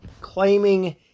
claiming